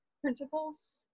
principles